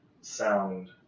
sound